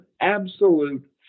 absolute